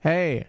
Hey